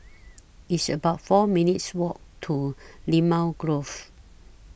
It's about four minutes' Walk to Limau Grove